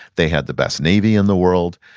they had the best navy in the world.